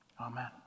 Amen